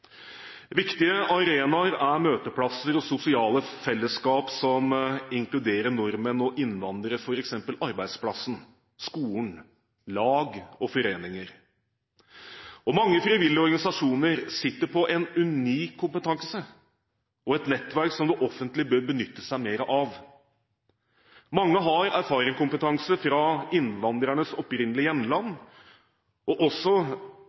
Viktige arenaer er møteplasser og sosiale fellesskap som inkluderer nordmenn og innvandrere, f.eks. arbeidsplassen, skolen, lag og foreninger. Mange frivillige organisasjoner sitter på en unik kompetanse og et nettverk som det offentlige bør benytte seg mer av. Mange har erfaringskompetanse fra innvandrernes opprinnelige hjemland og har også